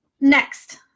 next